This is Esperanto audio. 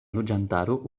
loĝantaro